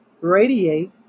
radiate